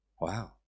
Wow